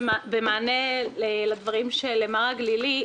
במענה לדבריו של מר הגלילי,